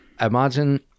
Imagine